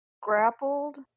grappled